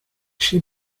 she